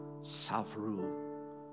self-rule